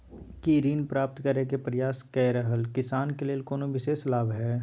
की ऋण प्राप्त करय के प्रयास कए रहल किसान के लेल कोनो विशेष लाभ हय?